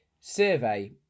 survey